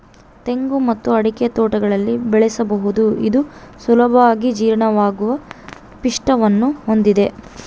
ತೆಂಗು ಮತ್ತು ಅಡಿಕೆ ತೋಟಗಳಲ್ಲಿ ಬೆಳೆಸಬಹುದು ಇದು ಸುಲಭವಾಗಿ ಜೀರ್ಣವಾಗುವ ಪಿಷ್ಟವನ್ನು ಹೊಂದಿದೆ